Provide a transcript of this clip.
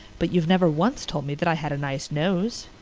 but you've never once told me that i had a nice nose.